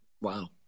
Wow